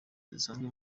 zisanzwe